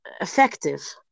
effective